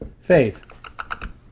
faith